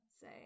say